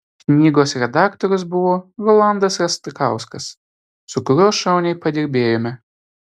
knygos redaktorius buvo rolandas rastauskas su kuriuo šauniai padirbėjome